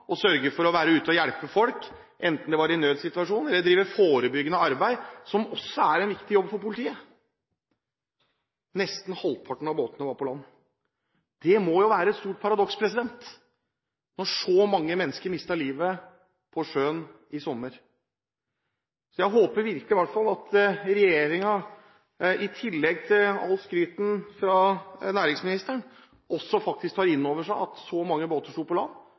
drive forebyggende arbeid – som også er en viktig jobb for politiet. Nesten halvparten av båtene var på land. Det må jo være et stort paradoks, når så mange mennesker mistet livet på sjøen sist sommer. Jeg håper virkelig at regjeringen, i tillegg til alt skrytet fra næringsministeren, tar inn over seg at så mange båter sto på land